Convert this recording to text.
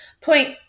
Point